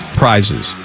prizes